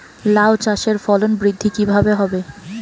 লাউ চাষের ফলন বৃদ্ধি কিভাবে হবে?